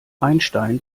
einstein